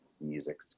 music